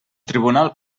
tribunal